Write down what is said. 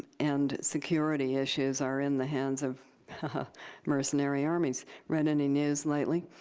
and security issues are in the hands of mercenary armies. read any news lately?